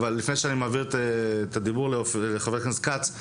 אבל לפני שאני מעביר את רשות הדיבור לחבר הכנסת כץ,